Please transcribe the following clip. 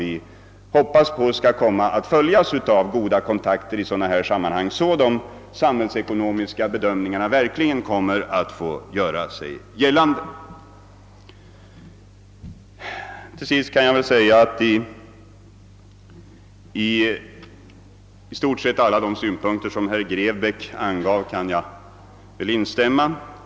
Vi hoppas sålunda att kontakterna mellan berörda parter blir goda, så att de samhällsekonomiska bedömningarna får göra sig gällande. Jag kan instämma i nästan alla de synpunkter som herr Grebäck gav uttryck för.